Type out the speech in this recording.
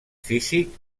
físic